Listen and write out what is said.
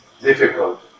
difficult